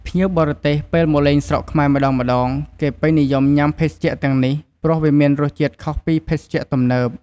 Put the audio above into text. ភ្ញៀវបរទេសពេលមកលេងស្រុកខ្មែរម្តងៗ គេពេញនិយមញុាំភេសជ្ជៈទាំងនេះព្រោះវាមានរសជាតិខុសពីភេសជ្ជៈទំនើប។